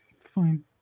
Fine